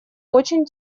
очень